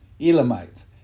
elamites